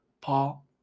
Paul